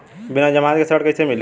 बिना जमानत के ऋण कईसे मिली?